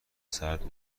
سردتر